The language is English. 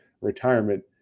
retirement